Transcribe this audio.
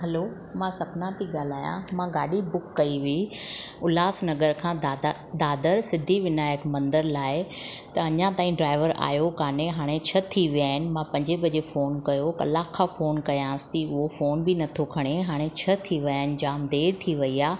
hello मां सपना थी ॻाल्हायां मां गाॾी बुक कई हुई उल्हासनगर खां दाद दादर सिद्धीविनायक मंदर लाइ त अञा ताईं ड्राइवर आहियो कोन्हे हाणे छह थी विया आहिनि मां पंजे बजे फोन कयो कलाक खां फोन कयांसि थी हाणे उहो फोन बि नथो खणे हाणे छह थी विया आहिनि जाम देरि थी वई आहे